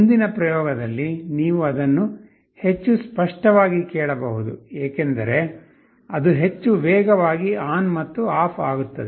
ಮುಂದಿನ ಪ್ರಯೋಗದಲ್ಲಿ ನೀವು ಅದನ್ನು ಹೆಚ್ಚು ಸ್ಪಷ್ಟವಾಗಿ ಕೇಳಬಹುದು ಏಕೆಂದರೆ ಅದು ಹೆಚ್ಚು ವೇಗವಾಗಿ ಆನ್ ಮತ್ತು ಆಫ್ ಆಗುತ್ತದೆ